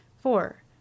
four